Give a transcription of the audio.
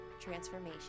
transformation